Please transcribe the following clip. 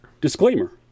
disclaimer